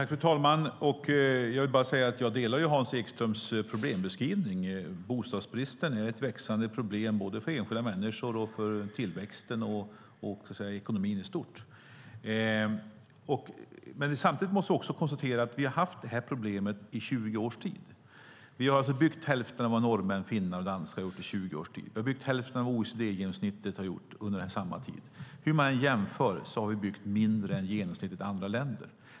Fru talman! Jag vill bara säga att jag delar Hans Ekströms problembeskrivning. Bostadsbristen är ett växande problem för enskilda människor, för tillväxten och för ekonomin i stort. Samtidigt måste vi konstatera att vi har haft det här problemet i 20 års tid. Vi har alltså byggt hälften av vad norrmän, finnar och danskar har gjort under 20 års tid. Vi har byggt hälften av OECD-genomsnittet under samma tid. Hur man än jämför har vi byggt mindre än genomsnittet i andra länder.